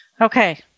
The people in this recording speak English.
Okay